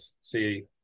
see